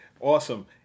Awesome